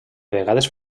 vegades